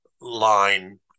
line